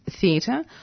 Theatre